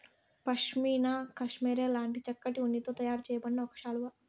pashmina cashmere లాంటి చక్కటి ఉన్నితో తయారు చేయబడిన ఒక శాలువా